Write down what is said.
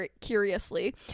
curiously